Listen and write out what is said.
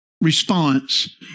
response